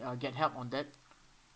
uh get help on that